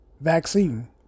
vaccine